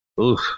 Oof